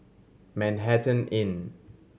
Manhattan Inn